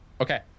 Okay